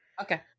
okay